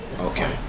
Okay